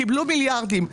קיבלו מיליארדים.